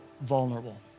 vulnerable